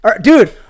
Dude